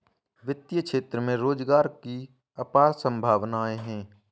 वित्तीय क्षेत्र में रोजगार की अपार संभावनाएं हैं